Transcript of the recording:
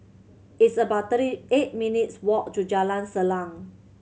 it's about thirty eight minutes' walk to Jalan Salang